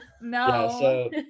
No